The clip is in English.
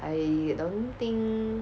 I don't think